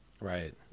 Right